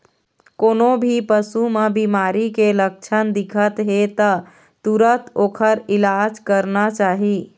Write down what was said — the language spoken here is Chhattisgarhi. कोनो भी पशु म बिमारी के लक्छन दिखत हे त तुरत ओखर इलाज करना चाही